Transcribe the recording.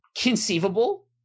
conceivable